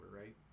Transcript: right